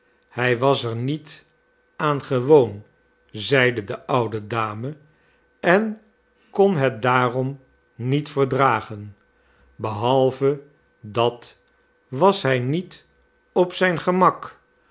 hij was er niet aan gewoon zeide de oude dame en kon het daarom niet verdragen behalve dat was hij niet op zijn gemak